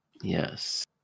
Yes